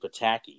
Pataki